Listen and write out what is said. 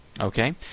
Okay